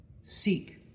seek